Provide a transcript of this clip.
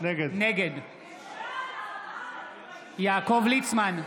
נגד יעקב ליצמן,